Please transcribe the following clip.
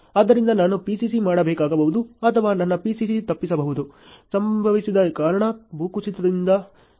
ಆದ್ದರಿಂದ ನಾನು PCC ಮಾಡಬೇಕಾಗಬಹುದು ಅಥವಾ ನನ್ನ PCC ತಪ್ಪಿಸಬಹುದು ಸಂಭವಿಸಿದ ಕಾರಣ ಭೂಕುಸಿತ ಸಂಭವಿಸಬಹುದು